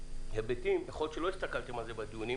היבטים שיכול להיות שלא הסתכלתם על זה בדיונים